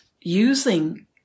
using